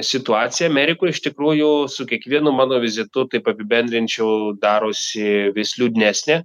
situacija amerikoj iš tikrųjų su kiekvienu mano vizitu taip apibendrinčiau darosi vis liūdnesnė